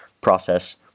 process